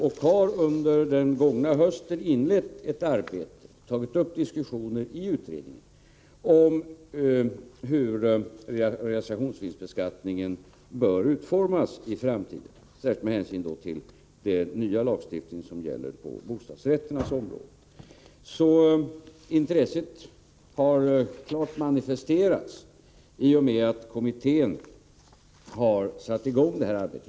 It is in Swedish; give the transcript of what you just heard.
Man har under den gångna hösten inlett ett arbete och tagit upp diskussioner i utredningen om hur realisationsvinstbeskattningen bör utformas i framtiden, särskilt med hänsyn till den nya lagstiftning som gäller på bostadsrätternas område. Intresset har alltså klart manifesterats i och med att kommittén har satt i gång detta arbete.